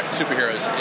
superheroes